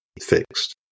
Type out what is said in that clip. fixed